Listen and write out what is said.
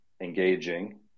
engaging